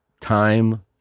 time